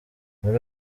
muri